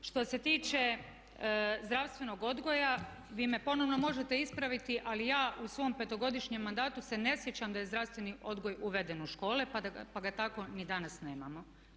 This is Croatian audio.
Što se tiče zdravstvenog odgoja, vi me ponovno možete ispraviti ali ja u svom petogodišnjem mandatu se ne sjećam da je zdravstveni odgoj uveden u škole, pa ga tako ni danas nemamo.